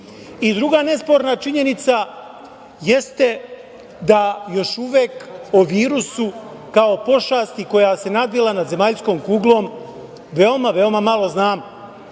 Druga nesporna činjenica jeste da još uvek o virusu, kao pošasti koja se nadvila nad zemaljskom kuglom, veoma, veoma malo znamo,